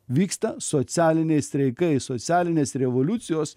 vyksta socialiniai streikai socialinės revoliucijos